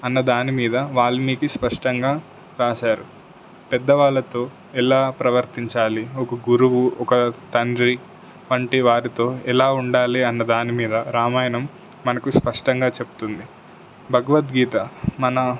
అన్న దానిమీద వాళ్ళ మీకి స్పష్టంగా రాశారు పెద్దవాళ్ళతో ఎలా ప్రవర్తించాలి ఒక గురువు ఒక తండ్రి వంటి వారితో ఎలా ఉండాలి అన్న దానిమీద రామాయణం మనకు స్పష్టంగా చెప్తుంది భగవద్గీత మన